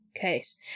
case